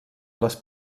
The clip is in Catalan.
les